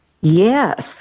Yes